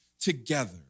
together